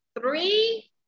three